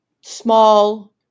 small